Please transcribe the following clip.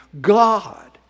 God